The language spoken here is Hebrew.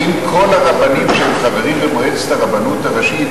האם כל הרבנים שהם חברים במועצת הרבנות הראשית